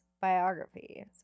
biography